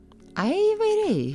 ai įvairiai